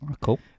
Cool